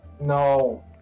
No